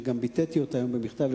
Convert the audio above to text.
וגם ביטאתי אותה היום במכתב,